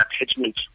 attachment